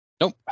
Nope